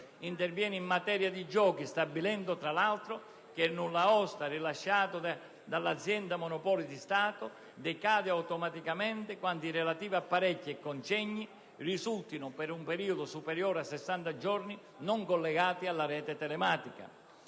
interviene in materia di giochi, stabilendo, tra l'altro, che il nulla osta, rilasciato dall'Amministrazione autonoma dei Monopoli di Stato decade automaticamente quando i relativi apparecchi e congegni risultino, per un periodo superiore a 60 giorni, non collegati alla rete telematica.